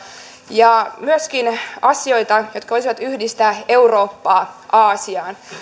ja myöskin asioita jotka voisivat yhdistää eurooppaa aasiaan